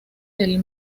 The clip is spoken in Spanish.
del